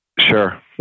Sure